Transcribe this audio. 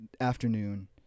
afternoon